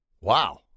Wow